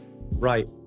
Right